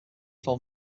form